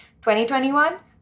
2021